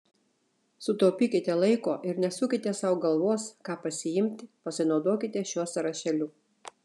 sutaupykite laiko ir nesukite sau galvos ką pasiimti pasinaudokite šiuo sąrašėliu